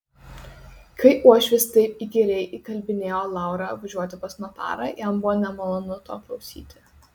kai uošvis taip įkyriai įkalbinėjo laurą važiuoti pas notarą jam buvo nemalonu to klausyti